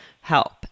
help